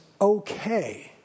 okay